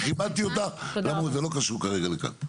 זה לא קשור כרגע לכאן.